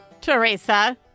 Teresa